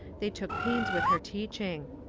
they took pains with her teaching.